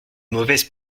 mauvaises